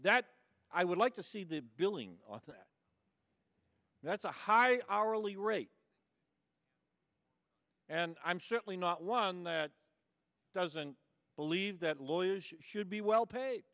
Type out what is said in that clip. that i would like to see the billing author that that's a high hourly rate and i'm surely not one that doesn't believe that lawyers should be well pa